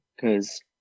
Cause